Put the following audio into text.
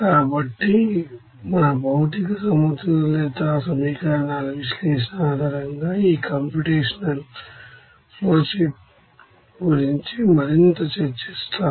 కాబట్టి మన material balance analysis equations ఆధారంగా ఈ కంప్యూటేషనల్ ఫ్లోషీట్ గురించి మరింత చర్చిస్తాము